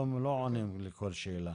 לא עונים לכל שאלה.